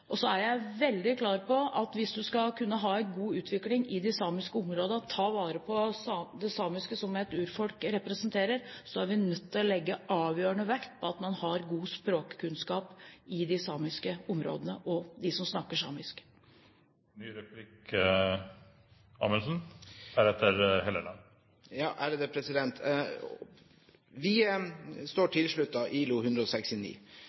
finnmarksloven. Så er jeg veldig klar på at hvis man skal kunne ha en god utvikling i de samiske områdene og ta vare på det samiske som urfolket representerer, er vi nødt til å legge avgjørende vekt på at man har god språkkunnskap i de samiske områdene og blant dem som snakker samisk. Vi er tilsluttet ILO-konvensjon nr. 169,